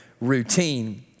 routine